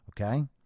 Okay